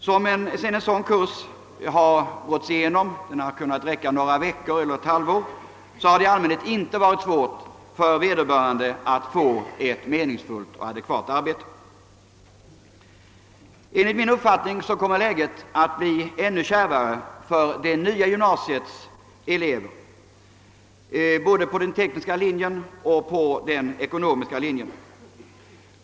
Efter genomgången av en sådan kurs, som kunnat räcka några veckor eller ett halvår, har det i allmänhet inte varit svårt för vederbörande att få ett meningsfullt och adekvat arbete. Enligt min uppfattning kommer läget att bli ännu kärvare för det nya gymnasiets elever på såväl den tekniska som den ekonomiska linjen.